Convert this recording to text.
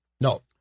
No